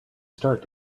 start